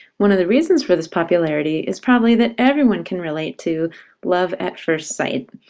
one of the reasons for this popularity is probably that everyone can related to love at first sight.